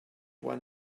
when